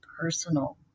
personal